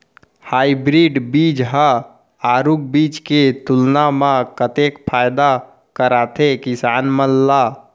Hybrid बीज हा आरूग बीज के तुलना मा कतेक फायदा कराथे किसान मन ला?